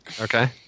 Okay